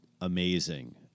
amazing